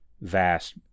vast